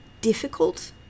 difficult